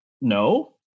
no